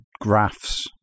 graphs